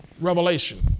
Revelation